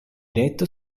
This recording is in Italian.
letto